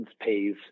pays